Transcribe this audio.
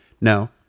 No